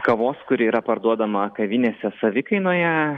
kavos kuri yra parduodama kavinėse savikainoje